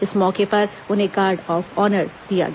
इस मौके पर उन्हें गार्ड ऑफ ऑनर दिया गया